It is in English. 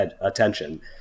attention